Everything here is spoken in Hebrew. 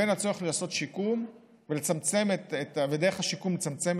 בין הצורך לעשות שיקום ודרך השיקום לצמצם